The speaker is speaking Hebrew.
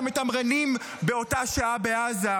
שמתמרנים באותה שעה בעזה.